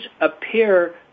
appear